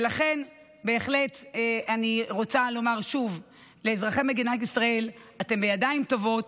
ולכן אני בהחלט רוצה לומר שוב לאזרחי מדינת ישראל: אתם בידיים טובות,